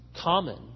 common